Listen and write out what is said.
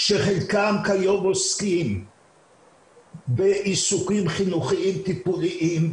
שחלקם כיום עוסקים בעיסוקים חינוכיים טיפוליים,